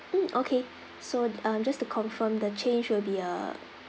mm okay so um just to confirm the change will be a